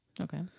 Okay